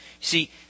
See